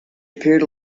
appeared